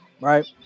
right